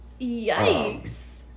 yikes